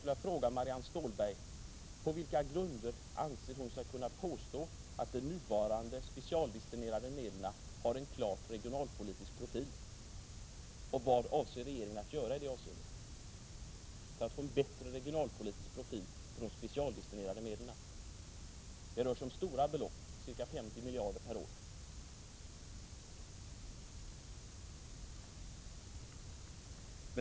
Jag frågar Marianne Stålberg: På vilka grunder anser hon sig kunna påstå att de nuvarande specialdestinerade medlen har en klart regionalpolitisk profil? Vad avser regeringen att göra i detta avseende för att få en bättre regionalpolitisk profil på de specialdestinerade medlen? Det rör sig om stora belopp, ca 50 miljarder kronor per år.